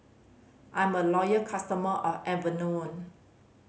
I'm a loyal customer of Enervon